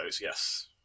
Yes